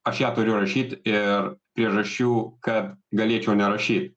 aš ją turiu rašyt ir priežasčių kad galėčiau nerašyt